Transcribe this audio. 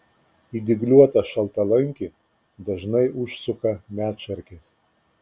į dygliuotą šaltalankį dažnai užsuka medšarkės